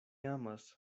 amas